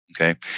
Okay